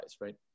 right